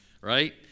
Right